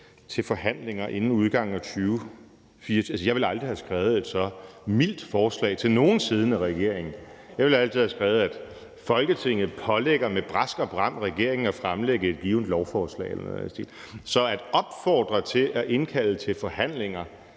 til forhandlinger inden udgangen af 2024 ...« Altså, jeg ville aldrig have skrevet et som mildt forslag til nogen siddende regering. Jeg ville altid have skrevet: Folketinget pålægger med brask og bram regeringen at fremsætte et givent lovforslag eller noget i den stil. Så at opfordre til at indkalde til forhandlinger